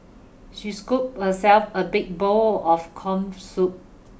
she scooped herself a big bowl of corn soup